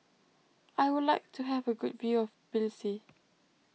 I would like to have a good view of Tbilisi